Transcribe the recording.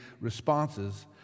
responses